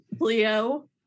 leo